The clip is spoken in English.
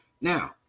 Now